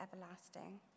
everlasting